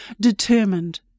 determined